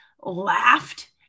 laughed